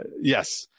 Yes